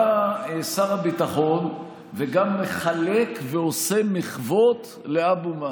בא שר הביטחון וגם מחלק ועושה מחוות לאבו מאזן.